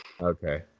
Okay